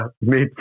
made